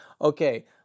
okay